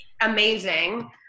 amazing